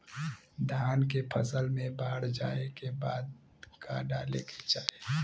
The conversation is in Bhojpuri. धान के फ़सल मे बाढ़ जाऐं के बाद का डाले के चाही?